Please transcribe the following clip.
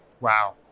wow